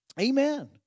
Amen